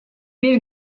bir